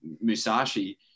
Musashi